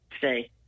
today